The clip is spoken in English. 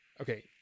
okay